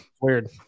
weird